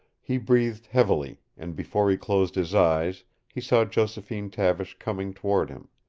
he breathed heavily, and before he closed his eyes he saw josephine tavish coming toward him.